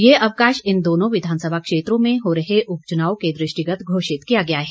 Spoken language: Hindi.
ये अवकाश इन दोनों विधानसभा क्षेत्रों में हो रहे उपचुनाव के दृष्टिगत घोषित किया गया है